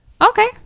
Okay